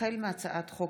החל מהצעת חוק